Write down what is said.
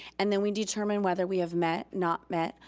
and then we determine whether we have met, not met,